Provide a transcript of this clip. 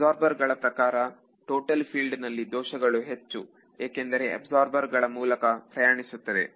absorber ಗಳ ಪ್ರಕಾರ total field ನಲ್ಲಿ ದೋಷಗಳು ಹೆಚ್ಚು ಏಕೆಂದರೆ ಅಬ್ಸರ್ಬರ್ ಗಳ ಮೂಲಕ ಪ್ರಯಾಣಿಸುತ್ತದೆ